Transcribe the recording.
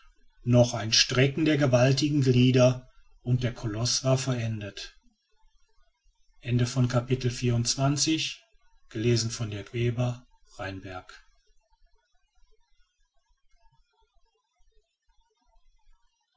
noch ein strecken der gewaltigen glieder und der koloß war verendet